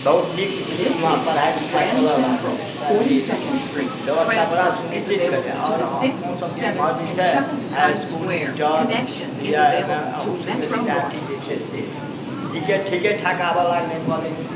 बहुत नीक इसकुलमे पढ़ाइ लिखाइ चलै लगलै हँ प्राइमरी इसकुलके बेबस्था बड़ा सुनिश्चित भेलैए आओर अपनोसबके एम्हर जे छै high school inter B A M A अहूसबके विद्यार्थी जे छै से नीके ठीके ठाक आबै लगलै कॉलेजमे